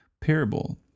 parable